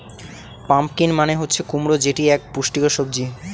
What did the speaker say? pumpkin মানে হচ্ছে কুমড়ো যেটি এক পুষ্টিকর সবজি